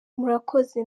murakoze